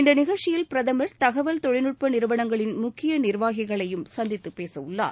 இந்த நிகழ்ச்சியில் பிரதமர் தகவல் தொழில்நுட்ப நிறுவனங்களின் முக்கிய நிர்வாகிகளையும் சந்தித்துப் பேசவுள்ளார்